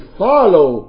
follow